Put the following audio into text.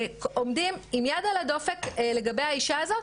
עומדים עם יד על הדופק לגבי האישה הזאת